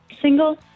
Single